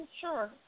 sure